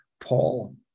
Paul